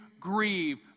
grieve